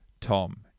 Tom